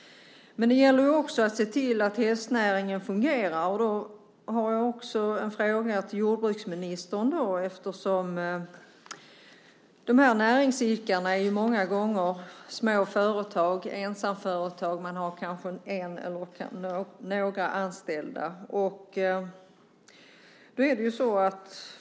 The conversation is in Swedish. Men det gäller också att se till att hästnäringen fungerar. Då har jag en fråga till jordbruksministern, eftersom de här näringsidkarna många gånger är små företag, ensamföretag. Man har kanske en eller några anställda.